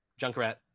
Junkrat